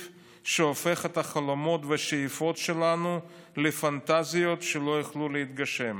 שהופך את החלומות והשאיפות שלנו לפנטזיות שלא יוכלו להתגשם.